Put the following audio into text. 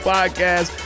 Podcast